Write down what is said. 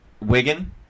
Wigan